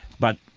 but,